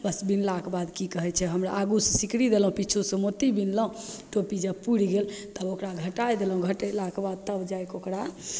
बस बिनलाके बाद कि कहै छै हमरा आगूसे सिकड़ी देलहुँ पिछुसे मोती बिनलहुँ टोपी जब पुरि गेल तब ओकरा घटै देलहुँ घटेलाके बाद तब जाके ओकरा